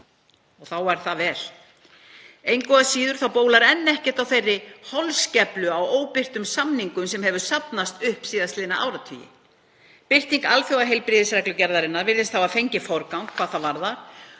og þá er það vel. Engu að síður bólar enn ekkert á þeirri holskeflu af óbirtum samningum sem hafa safnast upp síðastliðna áratugi. Birting alþjóðaheilbrigðisreglugerðarinnar virðist hafa fengið forgang hvað það varðar.